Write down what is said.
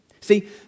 See